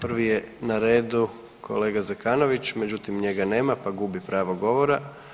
Prvi je na redu kolega Zekanović, međutim njega nema pa gubi pravo govora.